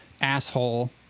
asshole